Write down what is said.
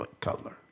Cutler